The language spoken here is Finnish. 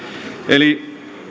eli